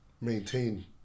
maintain